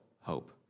hope